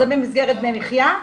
זה במסגרת דמי מחיה.